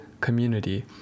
community